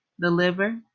the liver,